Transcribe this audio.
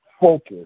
focus